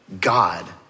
God